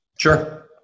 Sure